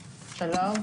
שלום,